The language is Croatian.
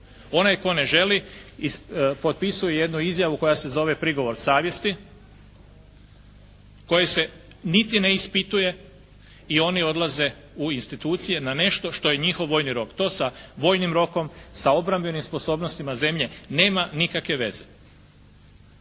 Onaj tko ne želi potpisuje jednu izjavu koja se zove prigovor savjesti, koji se niti ne ispituje i oni odlaze u institucije na nešto što je njihov vojni rok. To sa vojnim rokom, sa obrambenim sposobnostima zemlje nema nikakve veze.